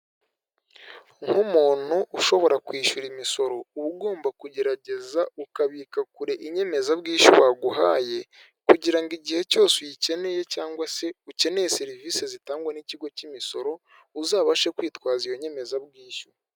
Nk'umuntu ushobora kwishyura imisoro uba ugomba kugerageza ukabika kure inyemezabwishyu baguhaye, kugira ngo igihe cyose uyikeneye cyangwa se ukeneye serivisi zitangwa n' ikigo cy'imisoro uzabashe kwitwaza iyo nyemezabwishyu.